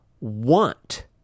want